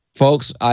Folks